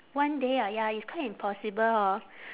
one day ah ya it's quite impossible hor